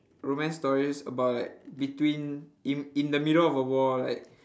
romance stories about like between in in the middle of a war like